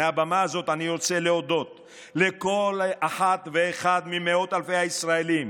מהבמה הזאת אני רוצה להודות לכל אחת ואחד ממאות אלפי הישראלים